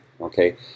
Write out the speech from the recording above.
Okay